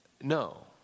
No